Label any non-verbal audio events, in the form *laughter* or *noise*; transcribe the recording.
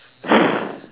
*breath*